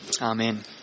Amen